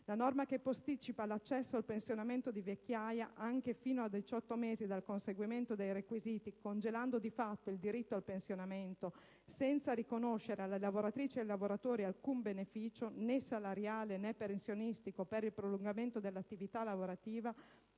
La norma che posticipa l'accesso al pensionamento di vecchiaia, anche fino a diciotto mesi dal conseguimento dei requisiti, congelando di fatto il diritto al pensionamento, senza riconoscere alle lavoratrici e ai lavoratori alcun beneficio - né salariale, né pensionistico - per il prolungamento dell'attività lavorativa,